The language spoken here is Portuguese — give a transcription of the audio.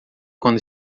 quando